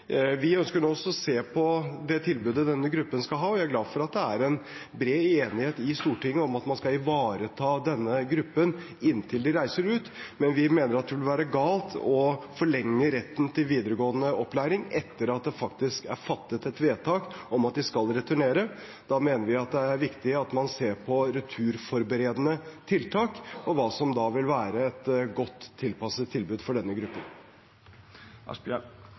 Vi ønsker nå å se på det tilbudet denne gruppen skal ha. Jeg er glad for at det er en bred enighet i Stortinget om at man skal ivareta denne gruppen inntil de reiser ut, men vi mener det vil være galt å forlenge retten til videregående opplæring etter at det faktisk er fattet et vedtak om at de skal returnere. Da mener vi det er viktig at man ser på returforberedende tiltak, og hva som vil være et godt tilpasset tilbud for denne gruppen.